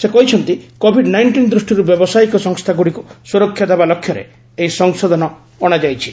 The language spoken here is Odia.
ସେ କହିଛନ୍ତି କୋବିଡ୍ ନାଇଷ୍ଟିନ୍ ଦୃଷ୍ଟିରୁ ବ୍ୟବସାୟିକ ସଂସ୍ଥାଗୁଡ଼ିକୁ ସୁରକ୍ଷା ଦେବା ଲକ୍ଷ୍ୟରେ ଏହି ସଂଶୋଧନ ଅଶାଯାଇଛି